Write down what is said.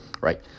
right